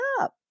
up